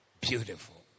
Beautiful